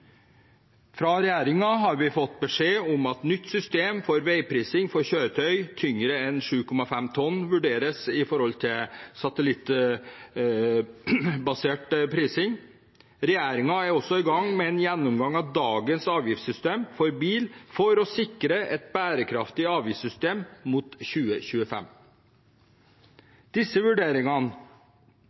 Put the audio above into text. Fra regjeringen har vi fått beskjed om at nytt system for veiprising for kjøretøy tyngre enn 7,5 tonn vurderes i forhold til satellittbasert prising. Regjeringen er også i gang med en gjennomgang av dagens avgiftssystem for bil for å sikre et bærekraftig avgiftssystem mot 2025. Disse vurderingene